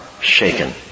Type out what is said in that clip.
shaken